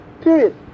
period